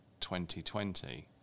2020